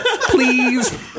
Please